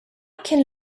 can